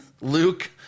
Luke